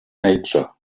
nature